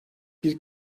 bir